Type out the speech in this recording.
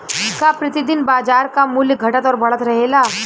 का प्रति दिन बाजार क मूल्य घटत और बढ़त रहेला?